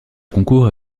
concourt